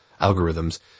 algorithms